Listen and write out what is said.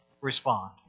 respond